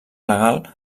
legal